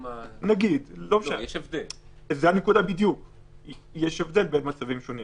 ושוב אני מפרידה ההצהרה איננה איסוף פרטים אישיים בצורת רשימה,